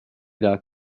dot